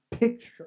picture